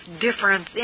difference